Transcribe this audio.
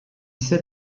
ise